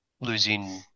losing